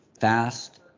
fast